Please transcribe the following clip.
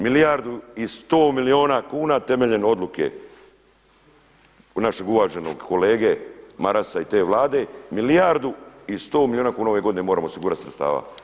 Milijardu i sto milijuna kuna temeljem odluke našeg uvaženog kolege Marasa i te Vlade, milijardu i sto milijuna kuna ove godine moramo osigurati sredstava.